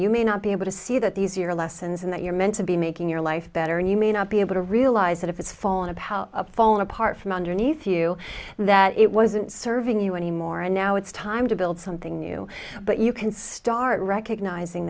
you may not be able to see that these are your lessons and that you're meant to be making your life better and you may not be able to realize that it's fallen a power fallen apart from underneath you that it wasn't serving you anymore and now it's time to build something new but you can start recognizing